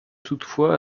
toutefois